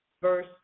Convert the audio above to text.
verse